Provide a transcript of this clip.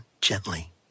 gently